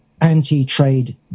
anti-trade